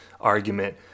argument